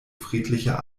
friedlicher